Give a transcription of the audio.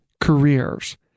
careers